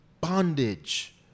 bondage